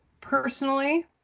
Personally